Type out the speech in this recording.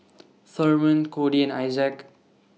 Thurman Codi and Issac